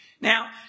Now